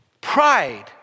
Pride